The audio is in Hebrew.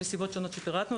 שמסיבות שונות שפירטנו,